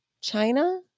China